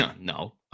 no